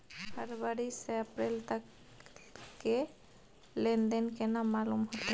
फरवरी से अप्रैल तक के लेन देन केना मालूम होते?